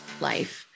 life